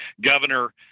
Governor